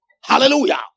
Hallelujah